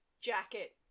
jacket